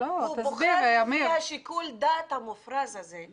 הוא בוחר בשיקול הדעת המופרז הזה.